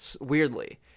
weirdly